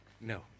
No